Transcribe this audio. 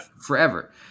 Forever